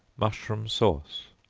mushroom sauce.